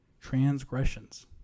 transgressions